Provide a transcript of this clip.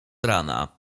rana